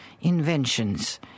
inventions